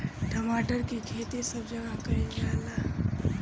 टमाटर के खेती सब जगह कइल जाला